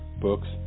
books